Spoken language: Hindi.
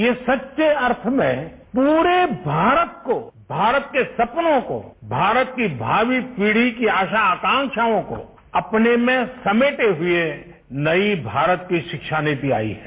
यह सच्चे अर्थ में पूरे भारत को भारत के सपनों को भारत की भावी पीढ़ी की आशा आकांक्षाओं को अपने में समेटे हुए नये भारत की शिक्षा नीति आई है